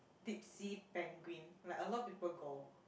Tipsy Penguin like a lot of people go